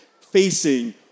facing